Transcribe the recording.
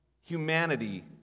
humanity